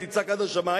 אם תצעק עד השמים,